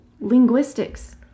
linguistics